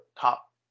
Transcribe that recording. top